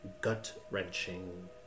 gut-wrenching